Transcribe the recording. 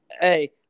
Hey